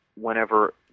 whenever